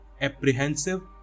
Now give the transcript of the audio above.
apprehensive